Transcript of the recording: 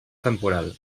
temporal